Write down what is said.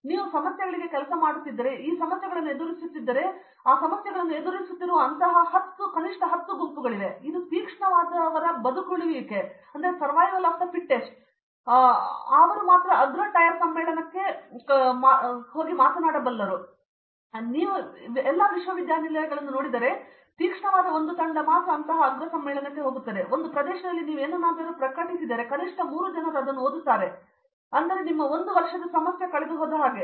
ನೀವು ಸಮಸ್ಯೆಗಳಿಗೆ ಕೆಲಸ ಮಾಡುತ್ತಿದ್ದರೆ ನೀವು ಈ ಸಮಸ್ಯೆಗಳನ್ನು ಎದುರಿಸುತ್ತಿದ್ದರೆ ಕನಿಷ್ಠ 10 ಗುಂಪುಗಳಿವೆ ಮತ್ತು ಇದು ತೀಕ್ಷ್ಣವಾದವರ ಬದುಕುಳಿಯುವಿಕೆ ಮತ್ತು ಅವುಗಳು ಅಗ್ರ ಟೈರ್ ಸಮ್ಮೇಳನಕ್ಕೆ ಕಳುಹಿಸಿಕೊಂಡಿವೆ ಮತ್ತು ನೀವು ಎಲ್ಲ ವಿಶ್ವವಿದ್ಯಾನಿಲಯಗಳನ್ನು ನೋಡಿದರೆ ತೀಕ್ಷ್ಣವಾದ ಒಂದು ತಂಡ ಹೋಗುತ್ತದೆ ಮತ್ತು ನೀವು ಒಂದು ಪ್ರದೇಶದಲ್ಲಿ ಪ್ರಕಟಿಸಿದರೆ ಕನಿಷ್ಠ ಮೂರು ಜನರು ಇರುತ್ತಾರೆ ಮತ್ತು ನಿಮ್ಮ ಒಂದು ವರ್ಷದ ಸಮಸ್ಯೆ ಕಳೆದು ಹೋದ ಹಾಗೆ